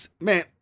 man